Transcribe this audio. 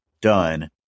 done